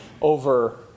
over